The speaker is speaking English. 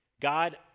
God